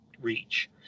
reach